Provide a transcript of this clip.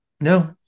No